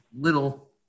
little